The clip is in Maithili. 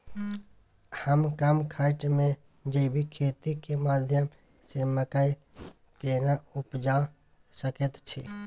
हम कम खर्च में जैविक खेती के माध्यम से मकई केना उपजा सकेत छी?